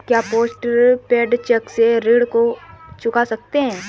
क्या post paid cheque से ऋण को चुका सकते हैं?